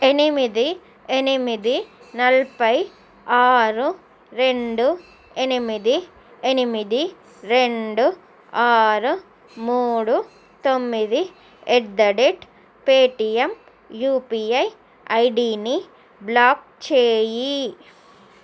ఎనిమిది ఎనిమిది నలభై ఆరు రెండు ఎనిమిది ఎనిమిది రెండు ఆరు మూడు తొమ్మిది at the rate Paytm UPI ఐడిని బ్లాక్ చేయి